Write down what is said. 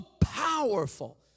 powerful